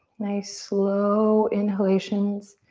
nice, slow inhalations.